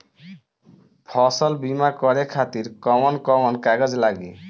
फसल बीमा करे खातिर कवन कवन कागज लागी?